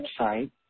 website